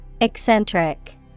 Eccentric